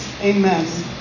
Amen